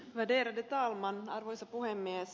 ärade talman arvoisa puhemies